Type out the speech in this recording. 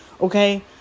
Okay